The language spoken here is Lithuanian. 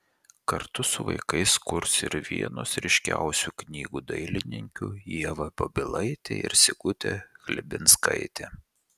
kartu su vaikais kurs ir vienos ryškiausių knygų dailininkių ieva babilaitė ir sigutė chlebinskaitė